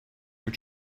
your